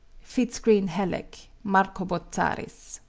fitz-greene halleck, marco bozzaris.